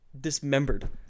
dismembered